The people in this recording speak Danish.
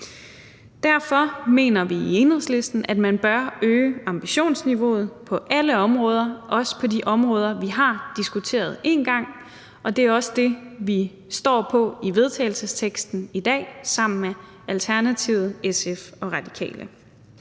Derfor mener vi i Enhedslisten, at man bør øge ambitionsniveauet på alle områder, også på de områder, vi har diskuteret en gang, og det er også det, vi står på i vedtagelsesteksten i dag sammen med Alternativet, SF og Radikale.